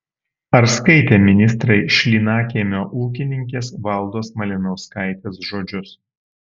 ar skaitė ministrai šlynakiemio ūkininkės valdos malinauskaitės žodžius